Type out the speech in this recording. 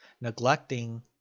neglecting